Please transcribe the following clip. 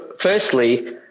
Firstly